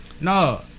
No